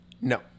No